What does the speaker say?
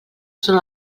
són